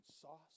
sauce